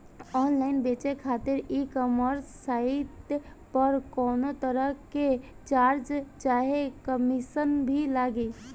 Online बेचे खातिर e commerce site पर कौनोतरह के चार्ज चाहे कमीशन भी लागी?